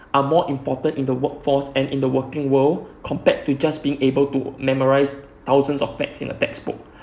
are more important in the work force and in the working world compared to just being able to memorize thousand of facts in a textbook